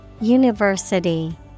University